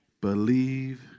believe